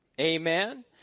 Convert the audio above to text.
Amen